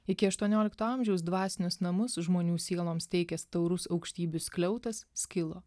iki aštuoniolikto amžiaus dvasinius namus žmonių sieloms teikęs taurus aukštybių skliautas skilo